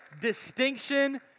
distinction